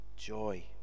Joy